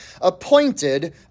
appointed